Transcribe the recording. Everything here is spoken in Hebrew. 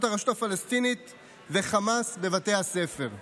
הרשות הפלסטינית והחמאס בבתי הספר.